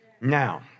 Now